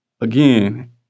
Again